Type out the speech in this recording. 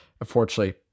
unfortunately